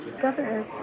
governor